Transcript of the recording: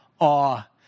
awe